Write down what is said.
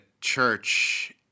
church